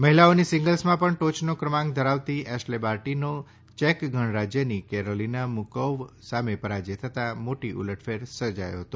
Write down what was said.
મહિલાઓની સિંગલ્સમાં પણ ટોચનો ક્રમાંક ધરાવતી એશ્લે બાર્ટીનો ચેક ગણરાજ્યની કેરોલીના મુકોવા સામે પરાજય થતા મોટી ઉલટફેર સર્જાયો હતો